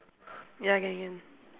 ya can can